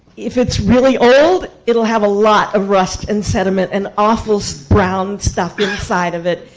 if it's really old, it'll have a lot of rust and sediment and awful so brown stuff inside of it,